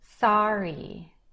sorry